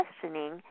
questioning